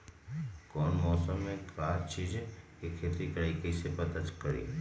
कौन मौसम में का चीज़ के खेती करी कईसे पता करी?